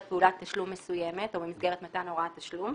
פעולת תשלום מסוימת או במסגרת מתן הוראת תשלום,